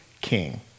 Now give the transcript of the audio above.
king